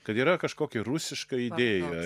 kad yra kažkokia rusiška idėja